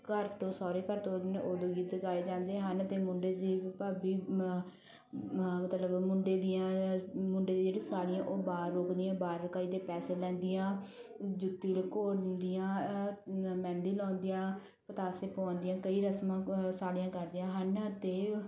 ਘਰ ਤੋਂ ਸਹੁਰੇ ਘਰ ਤੋਰਦੇ ਹਨ ਉਦੋਂ ਗੀਤ ਗਾਏ ਜਾਂਦੇ ਹਨ ਅਤੇ ਮੁੰਡੇ ਦੀ ਭਾਬੀ ਮਤਲਬ ਮੁੰਡੇ ਦੀਆਂ ਮੁੰਡੇ ਜਿਹੜੀਆਂ ਸਾਲੀਆਂ ਉਹ ਬਾਰ ਰੋਕਦੀਆਂ ਬਾਰ ਰੁਕਾਈ ਦੇ ਪੈਸੇ ਲੈਂਦੀਆਂ ਜੁੱਤੀ ਲੁਕੋ ਦਿੰਦੀਆਂ ਮਹਿੰਦੀ ਲਾਉਂਦੀਆਂ ਪਤਾਸੇ ਪੁਆਉਦੀਆਂ ਕਈ ਰਸਮਾਂ ਸਾਲੀਆਂ ਕਰਦੀਆਂ ਹਨ ਅਤੇ